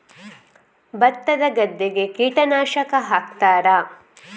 ಭತ್ತದ ಗದ್ದೆಗೆ ಕೀಟನಾಶಕ ಹಾಕುತ್ತಾರಾ?